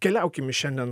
keliaukim į šiandien